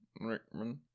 Rickman